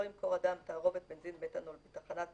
לא ימכור אדם תערובת בנזין מתנול בתחנת